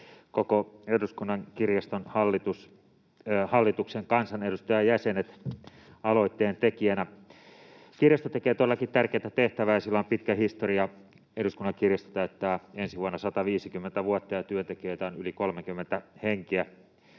koko Eduskunnan kirjaston hallituksen kansanedustajajäsenet aloitteen tekijöinä. Kirjasto tekee todellakin tärkeätä tehtävää, ja sillä on pitkä historia. Eduskunnan kirjasto täyttää ensi vuonna 150 vuotta, ja työntekijöitä on yli 30 henkeä.